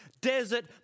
desert